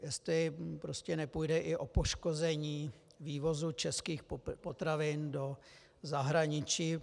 Jestli prostě nepůjde i o poškození vývozu českých potravin do zahraničí.